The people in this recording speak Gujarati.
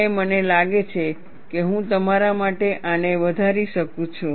અને મને લાગે છે કે હું તમારા માટે આને વધારી શકું છું